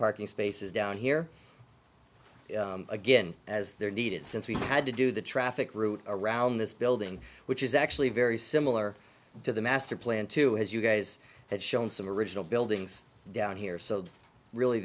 parking spaces down here again as they're needed since we had to do the traffic route around this building which is actually very similar to the master plan to as you guys have shown some original buildings down here so really